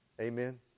Amen